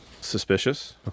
suspicious